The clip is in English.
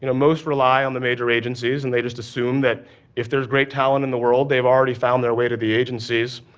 you know most rely on the major agencies and they just assume that if there's great talent in the world, they've already found their way to the agencies,